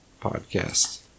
podcast